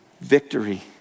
victory